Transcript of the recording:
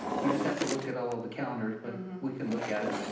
we just have to look at all of the calendars, but we can look at it.